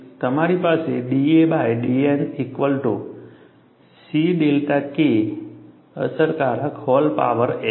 તમારી પાસે da by dN equal to C delta K અસરકારક હૉલ પાવર m છે